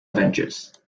adventures